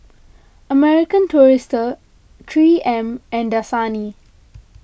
American Tourister three M and Dasani